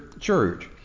church